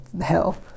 hell